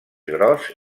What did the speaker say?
gros